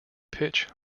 pitch